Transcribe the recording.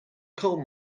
coal